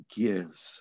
gives